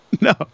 No